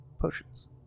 potions